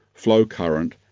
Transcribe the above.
flow current!